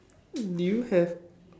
do you have